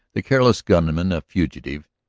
the careless gunman a fugitive,